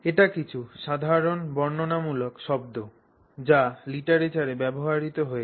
এটি কিছু সাধারণ বর্ণনামূলক শব্দ যা লিটারেচারে ব্যবহৃত হয়েছে